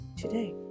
today